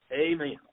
Amen